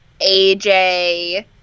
AJ